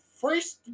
first